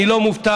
אני לא מופתע,